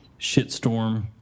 shitstorm